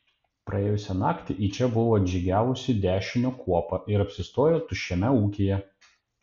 praėjusią naktį į čia buvo atžygiavusi dešinio kuopa ir apsistojo tuščiame ūkyje